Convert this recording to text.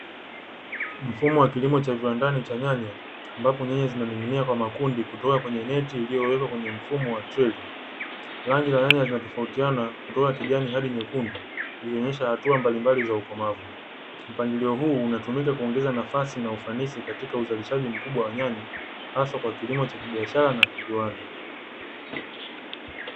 Mfumo wa kilimo cha viwandani cha nyanya ambapo nyanya zinaning'inia kwa makundi kutoka kwenye neti iliyowekwa kwenye mfumo wa trei, rangi na nyanya zinatofautiana kutoka kijani hadi nyekundu ilionyesha hatua mbalimbali za ukomavu. Mpangilio huu unatumika kuongeza nafasi na ufanisi katika uzalishaji mkubwa wa nyanya hasa kwa kilimo cha kibiashara kiwanda.